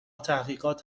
تحقیقات